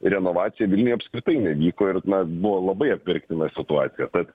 renovacija vilniuj apskritai nevyko ir nuo labai apverktina situacija tad